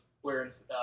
Whereas